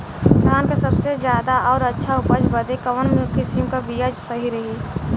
धान क सबसे ज्यादा और अच्छा उपज बदे कवन किसीम क बिया सही रही?